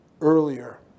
earlier